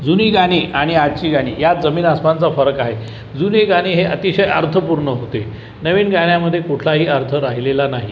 जुनी गाणी आणि आजची गाणी यात जमीन आसमानचा फरक आहे जुनी गाणी हे अतिशय अर्थपूर्ण होते नवीन गाण्यामध्ये कुठलाही अर्थ राहिलेला नाही